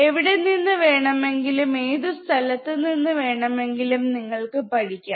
എവിടെ നിന്ന് വേണമെങ്കിലും ഏതു സ്ഥലത്തു നിന്ന് വേണമെങ്കിലും നിങ്ങൾക്ക് പഠിക്കാം